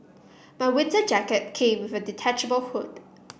my winter jacket came with a detachable hood